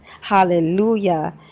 Hallelujah